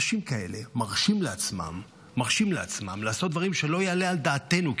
אנשים כאלה מרשים לעצמם לעשות דברים שלא יעלה על דעתנו.